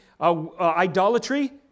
idolatry